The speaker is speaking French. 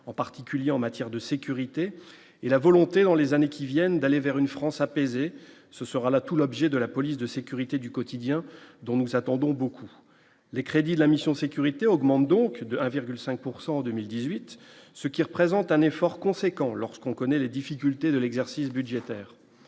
en particulier en matière de sécurité et la volonté dans les années qui viennent, d'aller vers une France apaisée, ce sera là tout l'objet de la police de sécurité du quotidien, dont nous attendons beaucoup les crédits de la mission sécurité augmente donc de 1,5 pourcent en 2018, ce qui représente un effort conséquent lorsqu'on connaît les difficultés de l'exercice budgétaire